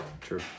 True